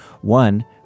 One